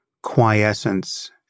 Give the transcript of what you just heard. quiescence